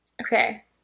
Okay